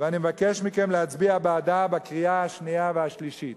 ואני מבקש מכם להצביע בעדה בקריאה השנייה והשלישית.